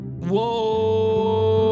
Whoa